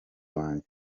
wanjye